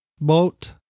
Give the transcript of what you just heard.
boat